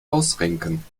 ausrenken